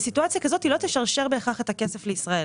בסיטואציה כזאת היא לא תשרשר בהכרח את הכסף לישראל.